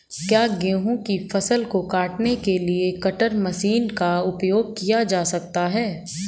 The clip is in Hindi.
क्या गेहूँ की फसल को काटने के लिए कटर मशीन का उपयोग किया जा सकता है?